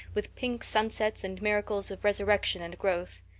with pink sunsets and miracles of resurrection and growth.